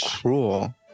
cruel